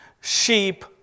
Sheep